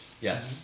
Yes